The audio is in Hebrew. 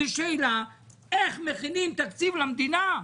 זו שאלה איך מכינים תקציב למדינה.